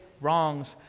wrongs